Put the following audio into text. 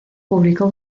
publicó